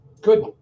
Good